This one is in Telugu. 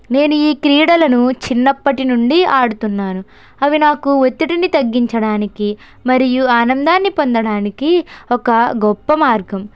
నేను ఈ క్రీడలను చిన్నప్పటి నుండి ఆడుతున్నాను అవి నాకు ఒత్తిడిని తగ్గించడానికి మరియు ఆనందాన్ని పొందడానికి ఒక గొప్ప మార్గం